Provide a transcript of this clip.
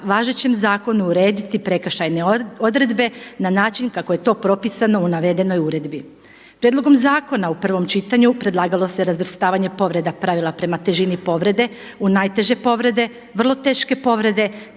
važećem zakonu urediti prekršajne odredbe na način kako je to propisano u navedenoj uredbi. Prijedlogom zakona u prvom čitanju predlagalo se razvrstavanje povreda pravila prema težini povrede u najteže povrede, vrlo teške povrede,